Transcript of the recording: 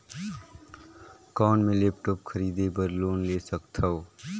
कौन मैं लेपटॉप खरीदे बर लोन ले सकथव?